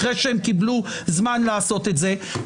אחרי שהם קיבלו זמן לעשות את זה.